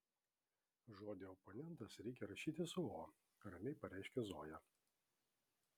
žodį oponentas reikia rašyti su o ramiai pareiškė zoja